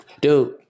Dude